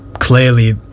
clearly